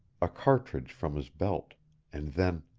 a cartridge from his belt and then